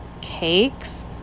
cakes